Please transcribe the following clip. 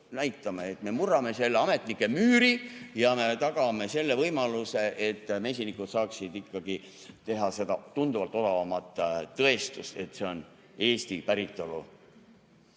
et me murrame selle ametnike müüri ja me tagame selle võimaluse, et mesinikud saaksid ikkagi tunduvalt odavamalt tõestada, et see on Eesti päritolu.